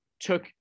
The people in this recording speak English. took